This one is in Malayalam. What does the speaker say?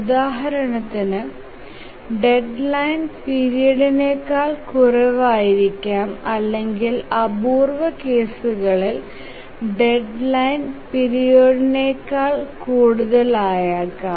ഉദാഹരണത്തിന് ഡെഡ്ലൈൻ പീരിയഡ്നേക്കാൾ കുറവായിരിക്കാം അല്ലെങ്കിൽ അപൂർവ കേസുകളുടെ ഡെഡ്ലൈൻ പീരിയഡ്നേക്കാൾ കൂടുതലാകാം